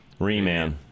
Reman